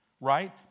right